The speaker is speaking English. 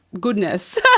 goodness